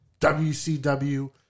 WCW